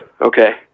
okay